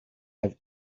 have